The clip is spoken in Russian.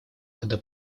когда